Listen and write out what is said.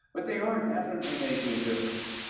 but they are definitely making a difference.